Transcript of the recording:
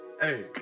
hey